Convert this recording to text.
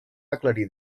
aclarir